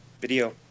video